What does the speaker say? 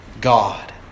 God